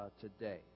today